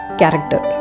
character